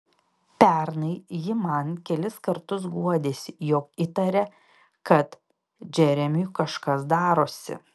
pernai ji man kelis kartus guodėsi jog įtaria kad džeremiui kažkas darosi